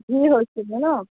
ভিৰ হৈছিলে ন